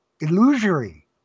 Illusory